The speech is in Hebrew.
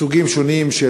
מסוגים שונים,